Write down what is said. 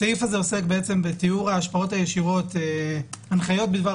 בתיאור ההשפעות הישירות - הנחיות בדבר